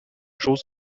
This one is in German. schoß